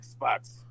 Xbox